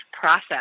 process